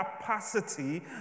capacity